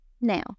Now